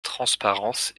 transparence